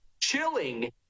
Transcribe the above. chilling